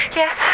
yes